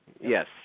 Yes